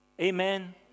Amen